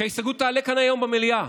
וההסתייגות תעלה כאן היום במליאה.